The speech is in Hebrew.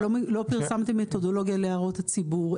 לא פרסתם מתודולוגיה להערות הציבור.